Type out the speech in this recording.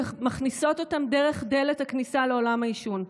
ומכניסות אותם דרך דלת הכניסה לעולם העישון.